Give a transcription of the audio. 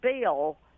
bill